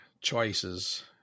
choices